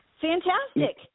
Fantastic